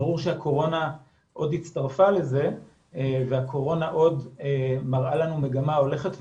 ברור שהקורונה עוד הצטרפה לזה והקורונה עוד מראה לנו מגמה הולכת ועולה,